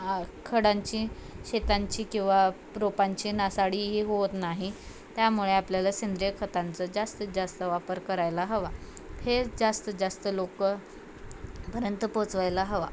खडांची शेतांची किंवा रोपांची नासाडी ही होत नाही त्यामुळे आपल्याला सेंद्रिय खतांचं जास्तीत जास्त वापर करायला हवा हे जास्तीत जास्त लोकांपर्यंत पोचवायला हवा